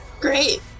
Great